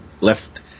left